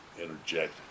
interject